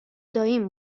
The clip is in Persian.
داییم